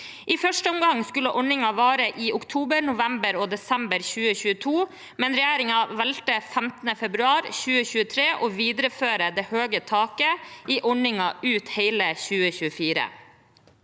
I første omgang skulle ordningen vare i oktober, november og desember 2022, men regjeringen valgte 15. februar 2023 å videreføre det høye taket i ordningen ut hele 2024.